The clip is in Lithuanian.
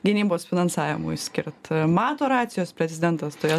gynybos finansavimui skirt mato racijos prezidentas toje